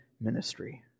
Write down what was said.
ministry